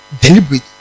Deliberate